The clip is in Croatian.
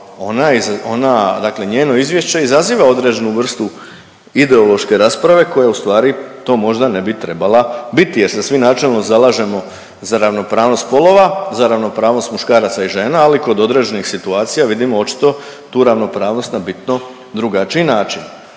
ona dakle njeno izvješće izaziva određenu vrstu ideološke rasprave koja ustvari to možda ne bi trebala biti jer se svi načelno zalažemo za ravnopravnost spolova, za ravnopravnost muškaraca i žena ali kod određenih situacija vidimo očito tu ravnopravnost na bitno drugačiji način.